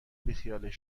بیخیالش